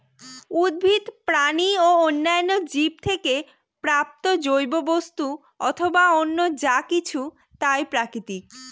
উদ্ভিদ, প্রাণী ও অন্যান্য জীব থেকে প্রাপ্ত জৈব বস্তু অথবা অন্য যা কিছু তাই প্রাকৃতিক